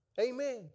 Amen